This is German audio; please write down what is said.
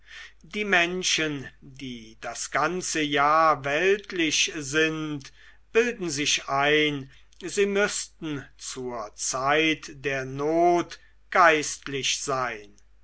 die menschen die das ganze jahr weltlich sind bilden sich ein sie müßten zur zeit der not geistlich sein